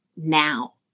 Now